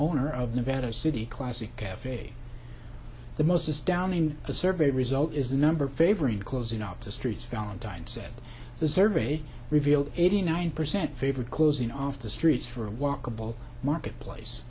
owner of nevada city classic cafe the most is down in the survey result is the number favoring closing up the streets valentine said the survey revealed eighty nine percent favored closing off the streets for a walkable marketplace